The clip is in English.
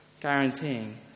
guaranteeing